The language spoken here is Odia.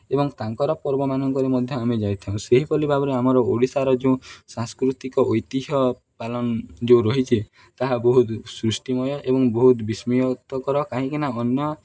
ଏବଂ ତାଙ୍କର ପର୍ବମାନଙ୍କରେ ମଧ୍ୟ ଆମେ ଯାଇଥାଉ ସେହିଭଳି ଭାବରେ ଆମର ଓଡ଼ିଶାର ଯେଉଁ ସାଂସ୍କୃତିକ ଐତିହ୍ୟ ପାଳନ ଯେଉଁ ରହିଛି ତାହା ବହୁତ ସୃଷ୍ଟିମୟ ଏବଂ ବହୁତ ବିସ୍ମୟକର କାହିଁକିନା ଅନ୍ୟ